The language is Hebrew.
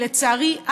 כי לצערי,